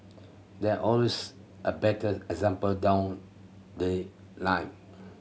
there always a better example down the line